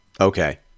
okay